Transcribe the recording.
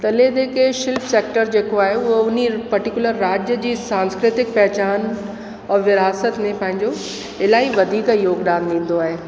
त ले देके शिल्प सैक्टर जेको आहे उहो उन पर्टीकुलर राज्य जी सांस्कृतिक पहचान और विरासत में पंहिंजो इलाही वधीक योगदान ॾींदो आहे